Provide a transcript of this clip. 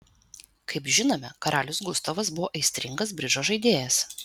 kaip žinome karalius gustavas buvo aistringas bridžo žaidėjas